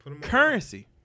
Currency